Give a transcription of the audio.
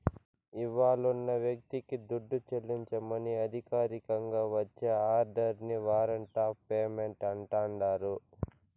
ఇవ్వాలున్న వ్యక్తికి దుడ్డు చెల్లించమని అధికారికంగా వచ్చే ఆర్డరిని వారంట్ ఆఫ్ పేమెంటు అంటాండారు